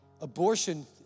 abortion